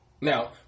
Now